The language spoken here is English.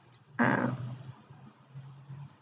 ah